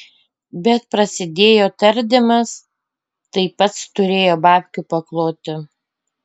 bet prasidėjo tardymas tai pats turėjo babkių pakloti